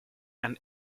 and